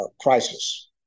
crisis